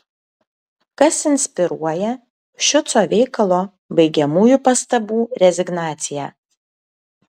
kas inspiruoja šiuco veikalo baigiamųjų pastabų rezignaciją